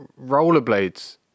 Rollerblades